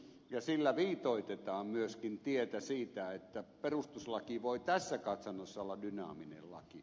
ja sillä viitoitetaan myöskin tietä siihen että perustuslaki voi tässä katsannossa olla dynaaminen laki